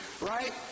right